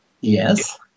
yes